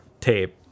tape